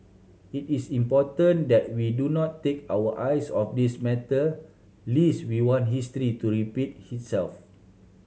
it is important that we do not take our eyes off this matter lest we want history to repeat himself